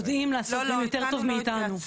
שיודעים לעשות את זה יותר טוב מאיתנו.